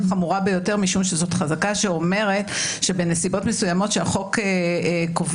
חמורה ביותר כי זו חזקה שאומרת שבנסיבות מסוימות שהחוק קובע,